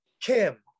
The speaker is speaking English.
Kim